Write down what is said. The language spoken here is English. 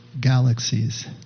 galaxies